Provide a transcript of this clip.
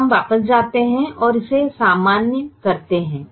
अब हम वापस जाते हैं और इसे सामान्य करते हैं